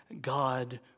God